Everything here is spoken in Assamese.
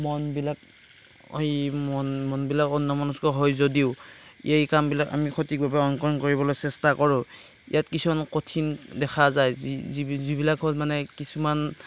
মনবিলাক এই মন মনবিলাক অন্য়মনস্ক হয় যদিও এই কামবিলাক আমি সঠিকভাৱে অংকন কৰিবলৈ চেষ্টা কৰোঁ ইয়াত কিছুমান কঠিন দেখা যায় যি যি যিবিলাকত মানে কিছুমান